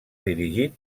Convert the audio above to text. dirigit